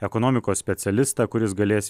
ekonomikos specialistą kuris galės